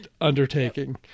undertaking